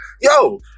yo